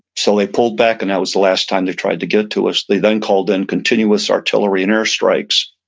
so they pulled back and that was the last time they tried to get to us. they then called in continuous artillery and air strikes.